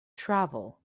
travel